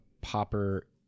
Popper